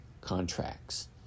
contracts